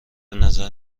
نظر